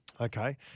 Okay